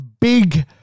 big